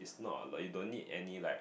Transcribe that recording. is not but don't need any like